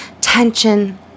tension